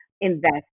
invest